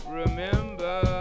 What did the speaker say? remember